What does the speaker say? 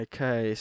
Okay